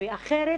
אחרת